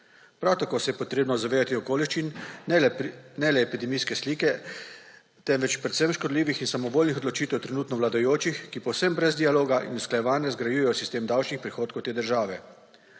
Prav tako se je potrebno zavedati okoliščin ne le epidemične slike, temveč predvsem škodljivih in samovoljnih odločitev trenutno vladajočih, ki povsem brez dialoga in usklajevanja izgrajujejo sistem davčnih prihodkov te države.